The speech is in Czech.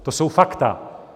To jsou fakta.